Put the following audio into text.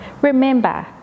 Remember